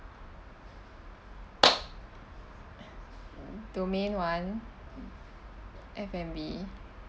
domain one f and b